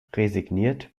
resigniert